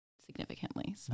significantly